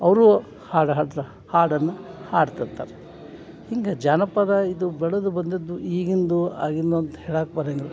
ಅವರೂ ಹಾಡು ಹಾಡ್ತಾರ ಹಾಡನ್ನು ಹಾಡ್ತಿರ್ತಾರೆ ಹಿಂಗೆ ಜಾನಪದ ಇದು ಬೆಳೆದು ಬಂದಿದ್ದು ಈಗಿಂದು ಆಗಿಂದು ಅಂತ ಹೇಳಕ್ಕ ಬರಂಗಿಲ್ಲ